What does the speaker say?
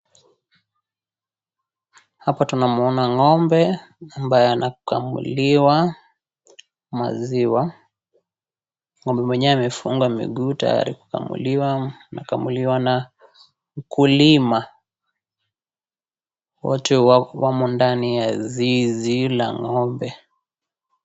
Hapa tunamwona ng'ombe ambaye anakamuliwa maziwa, ng'ombe mwenyewe amefungwa miguu tayari kukamuliwa, anakamuliwa na mkulima , wote wa wamo ndani ya zizi la ng'ombe.